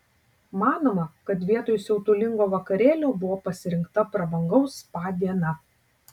manoma kad vietoj siautulingo vakarėlio buvo pasirinkta prabangaus spa diena